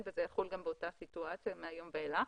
וזה יחול גם באותה סיטואציה מהיום ואילך.